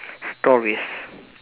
stories